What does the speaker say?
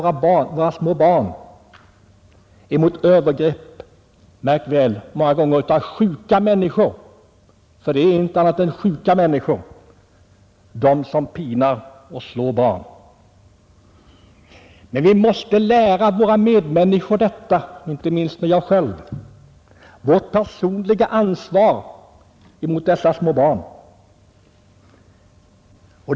— Nr 51 Märk väl att dessa övergrepp många gånger görs av sjuka människor — de som pinar och slår barn är inte annat än sjuka människor. Vi måste lära våra medmänniskor, och inte minst oss själva, att känna vårt personliga IC ansvar mot våra medmänniskor och inte minst barnen.